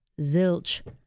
Zilch